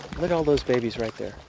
but all those babies right there,